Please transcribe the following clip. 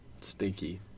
Stinky